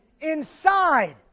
inside